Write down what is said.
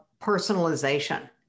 personalization